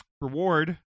reward